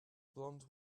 blond